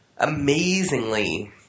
amazingly